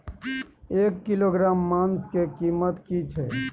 एक किलोग्राम मांस के कीमत की छै?